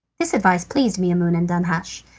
this advice pleased maimoune and danhasch,